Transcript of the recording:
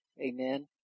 Amen